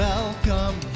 Welcome